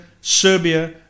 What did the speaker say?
Serbia